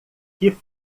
que